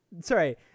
Sorry